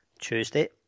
Tuesday